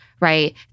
right